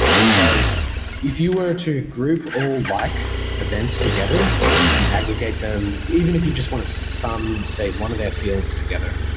because if you were to group all like events together and aggregate them even if you just want to sum, say, one of their fields together.